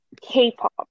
K-pop